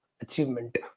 achievement